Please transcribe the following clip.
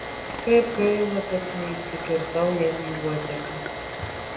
kaip gaila kad neįsikirtau jam į uodegą